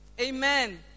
Amen